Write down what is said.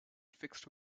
fixed